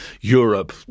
Europe